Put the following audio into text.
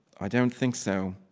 i don't think so.